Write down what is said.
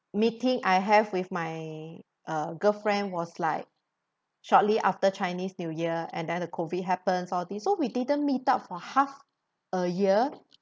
meeting I have with my uh girlfriend was like shortly after chinese new year and then the COVID happens all these so we didn't meet up for half a year